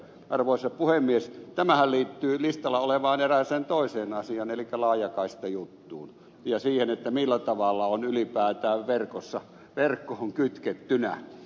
arvoisa puhemies tämähän liittyy listalla olevaan erääseen toiseen asiaan elikkä laajakaistajuttuun ja siihen millä tavalla on ylipäätään verkkoon kytkettynä